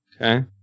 Okay